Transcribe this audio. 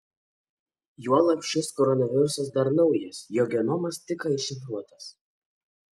juolab šis koronavirusas dar naujas jo genomas tik ką iššifruotas